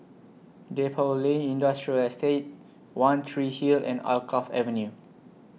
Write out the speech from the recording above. Depot Lane Industrial Estate one Tree Hill and Alkaff Avenue